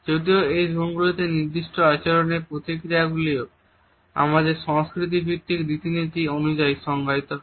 যদিও এই জোনগুলিতে নির্দিষ্ট আচরণের প্রতিক্রিয়া গুলি আমাদের সংস্কৃতিভিত্তিক রীতিনীতি অনুযায়ী সংজ্ঞায়িত হয়